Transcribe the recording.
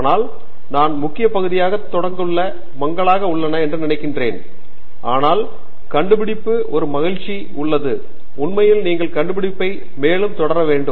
ஆனால் நான் முக்கிய பகுதியாக தொடக்கங்கள் மங்கலாக உள்ளன என நினைக்கிறேன் ஆனால் கண்டுபிடிப்பு ஒரு மகிழ்ச்சி உள்ளது உண்மையில் நீங்கள் கண்டுபிடிப்பை மேலும் தொடர வேண்டும்